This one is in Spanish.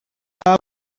estaba